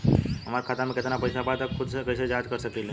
हमार खाता में केतना पइसा बा त खुद से कइसे जाँच कर सकी ले?